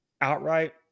outright